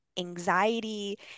anxiety